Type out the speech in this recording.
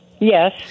Yes